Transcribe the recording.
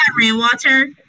rainwater